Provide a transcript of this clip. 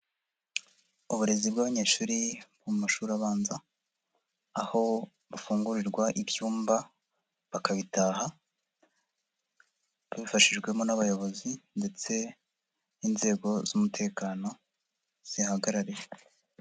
Uburezi bw'abanyeshuri mu mashuri abanza aho bafungurirwa ibyumba bakabitaha babifashijwemo n'abayobozi ndetse n'inzego z'umutekano zihagarariwe.